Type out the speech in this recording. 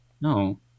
no